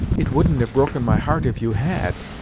it wouldn't have broken my heart if you had!